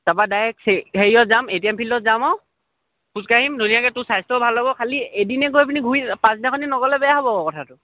তাৰপৰা ডাইৰেক্ট হেৰিয়ত যাম এ টিম ফিল্ডত যাম আৰু খোজকাঢ়িম ধুনীয়াকৈ তোৰ স্বাস্থ্যও ভাল হ'ব খালি এদিনে গৈ পিনি ঘূৰি পাছদিনাখনি নগ'লে বেয়া হ'ব আকৌ কথাটো